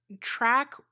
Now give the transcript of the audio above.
Track